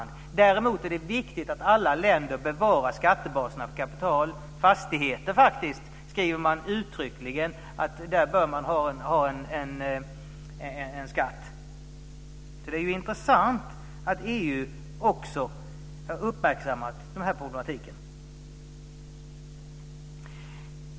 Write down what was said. Däremot är det viktigt att alla länder bevarar skattebaserna för kapital och fastigheter - och för fastigheter skriver man faktiskt uttryckligen att man bör ha en skatt. Det är intressant att också EU har uppmärksammat denna problematik.